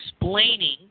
explaining